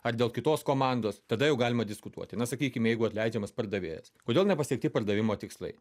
ar dėl kitos komandos tada jau galima diskutuoti na sakykime jeigu atleidžiamas pardavėjas kodėl nepasiekti pardavimo tikslai